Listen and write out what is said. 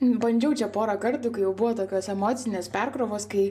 bandžiau čia porą kartų kai jau buvo tokios emocinės perkrovos kai